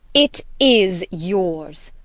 it is yours!